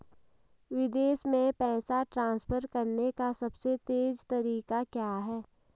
विदेश में पैसा ट्रांसफर करने का सबसे तेज़ तरीका क्या है?